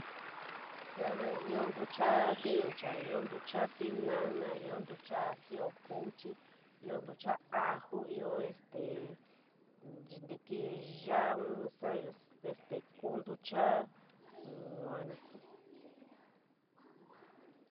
Sarara, ioo ntucha vincha, ioo ntucha tinana, ioo ntucha sioio kuchi, ioo ntucha ajo, ioo este ntikii yauuni, sarayo este kuu in ntuchara yua ni kuu.